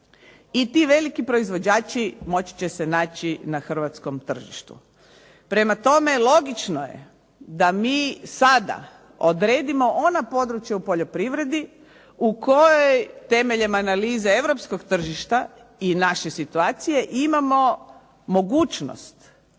i ti veliki proizvođači moći će se naći na hrvatskom tržištu. Prema tome, logično je da mi sada odredimo ona područja u poljoprivredi u kojoj temeljem analize europskog tržišta i naše situacije imamo mogućnost